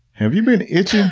have you been itching?